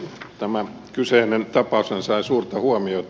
tämä kyseinen tapaushan sai suurta huomiota